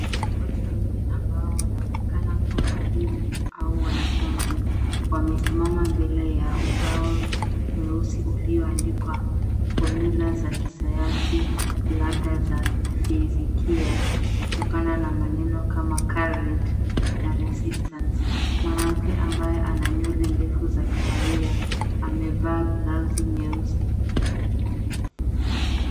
Watu wawili ambao wanaonekana kuwa walimu au wanafunzi, wamesimama mbele ya ubao mweusi ulioandikwa fomyula za kisayansi, labda za fizikia, kutokana na maneno kama current na resistance . Mwanamke ambaye ana nywele ndefu za kahawia, amevaa blausi nyeusi.